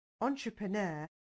entrepreneur